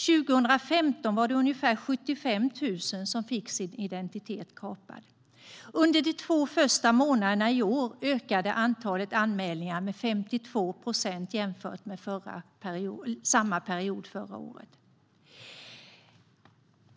År 2015 fick ungefär 75 000 personer sin identitet kapad. Under de två första månaderna i år ökade antalet anmälningar med 52 procent jämfört med samma period förra året.